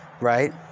right